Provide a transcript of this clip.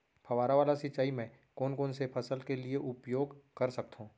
फवारा वाला सिंचाई मैं कोन कोन से फसल के लिए उपयोग कर सकथो?